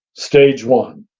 stage one,